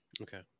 Okay